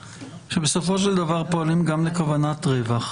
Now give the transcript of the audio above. שבסופו של דבר פועלים גם לכוונת רווח,